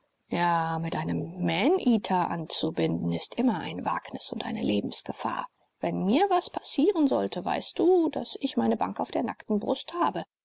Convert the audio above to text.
mit einem maneater anzubinden ist immer ein wagnis und eine lebensgefahr wenn mir was passieren sollte weißt du daß ich meine bank auf der nackten brust habe